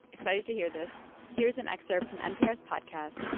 excited to hear this. here's an excerpt from npr's podcast,